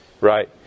Right